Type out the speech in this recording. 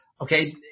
okay